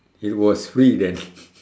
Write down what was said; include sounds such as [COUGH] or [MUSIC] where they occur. it was free then [LAUGHS]